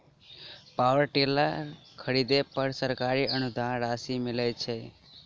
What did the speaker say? Power tiller खरीदे पर सरकारी अनुदान राशि मिलय छैय?